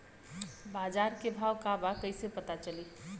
बाजार के भाव का बा कईसे पता चली?